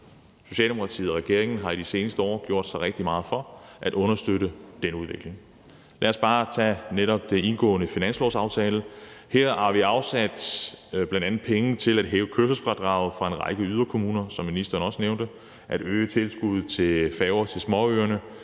Socialdemokratiet og regeringen har i de seneste år gjort rigtig meget for at understøtte denne udvikling. Lad os bare tage den netop indgåede finanslovsaftale. Her har vi, som ministeren også nævnte, bl.a. afsat penge til at hæve kørselsfradraget for en række yderkommuner og øget tilskuddet til færger til småøerne,